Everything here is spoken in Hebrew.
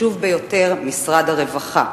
והחשוב ביותר משרד הרווחה,